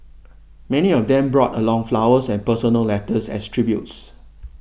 many of them brought along flowers and personal letters as tributes